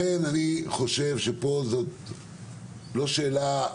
אני חושב שפה זאת לא שאלה,